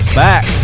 back